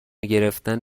گرفتن